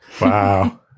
Wow